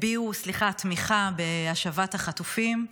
סליחה, הביעו תמיכה בהשבת החטופים.